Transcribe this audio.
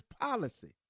policy